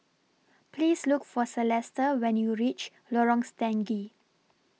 Please Look For Celesta when YOU REACH Lorong Stangee